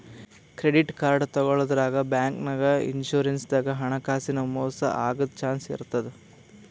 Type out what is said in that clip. credit card ತಗೋಳಾದ್ರಾಗ್, ಬ್ಯಾಂಕ್ನಾಗ್, insurance ದಾಗ್ ಹಣಕಾಸಿನ್ ಮೋಸ್ ಆಗದ್ ಚಾನ್ಸ್ ಇರ್ತದ್